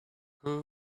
who